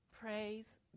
Praise